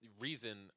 reason